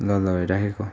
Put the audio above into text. ल ल ओई राखेको